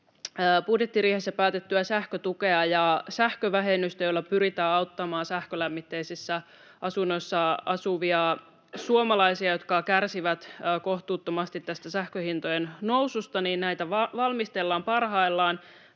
Budjettiriihessä päätettyä sähkötukea ja sähkövähennystä, joilla pyritään auttamaan sähkölämmitteisissä asunnoissa asuvia suomalaisia, jotka kärsivät kohtuuttomasti tästä sähkönhintojen noususta, valmistellaan parhaillaan.